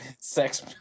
Sex